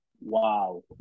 Wow